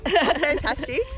fantastic